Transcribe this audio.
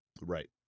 Right